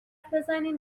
بزنین